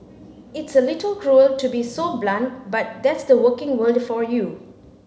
it's a little cruel to be so blunt but that's the working world for you